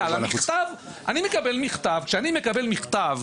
אני מקבל מכתב, כשאני מקבל מכתב,